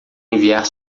enviar